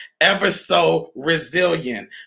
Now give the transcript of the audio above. ever-so-resilient